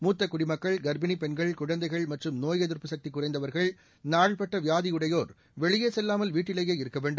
மூத்த குடிமக்கள் காப்பினி பெண்கள் குழந்தைகள் மற்றும் நோய் எதிா்ப்பு சக்தி குறைந்தவா்கள் நாள்பட்ட வியாதியுடையோா் வெளியே செல்லாமல் வீட்டிலேயே இருக்க வேண்டும்